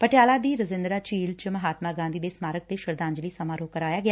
ਪਟਿਆਲਾ ਦੀ ਰਜਿੰਦਰਾ ਝੀਲ ਚ ਮਹਾਤਮਾ ਗਾਧੀ ਦੇ ਸਮਾਰਕ ਤੇ ਸ਼ਰਧਾਜਲੀ ਸਮਾਰੋਹ ਕਰਵਾਇਆ ਗਿਆ